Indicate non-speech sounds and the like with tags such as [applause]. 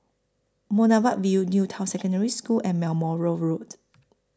Boulevard Vue New Town Secondary School and [unintelligible] Moral Road